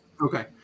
Okay